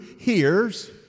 hears